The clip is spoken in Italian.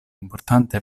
importante